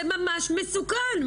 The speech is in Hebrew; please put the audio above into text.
זה ממש מסוכן.